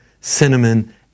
cinnamon